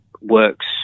works